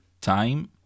time